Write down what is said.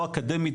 לא אקדמית,